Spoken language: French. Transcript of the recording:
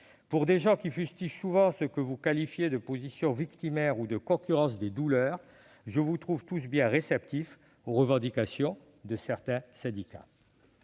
Pour des gens qui fustigent souvent les postures victimaires ou la concurrence des douleurs, je vous trouve bien réceptifs aux revendications de certains syndicats